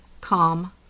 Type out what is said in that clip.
calm